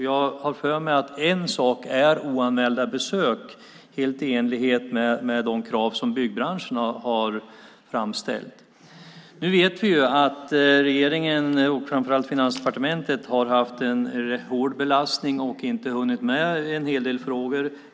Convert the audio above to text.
Jag har för mig att en sak är oanmälda besök, helt i enlighet med de krav som byggbranschen har framställt. Vi vet att regeringen och framför allt Finansdepartementet har haft en hård belastning och inte hunnit med en hel del frågor.